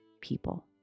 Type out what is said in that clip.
people